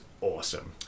awesome